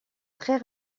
très